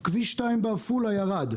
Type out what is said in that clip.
כביש 2 בעפולה ירד.